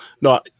no